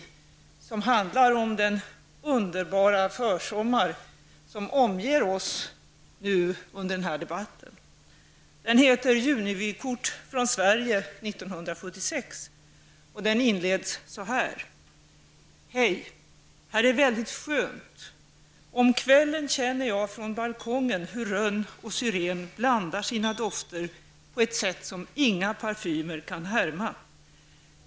Dikten handlar om den underbara försommar som nu under den här debatten omger oss. Dikten heter ''Junivykort från Sverige 1976''. Dikten inleds så här: Här är väldigt skönt! Om kvällen känner jag från balkongen hur rönn och syren blandar sina dofter på ett sätt som inga parfymer kan härma.